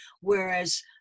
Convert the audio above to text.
whereas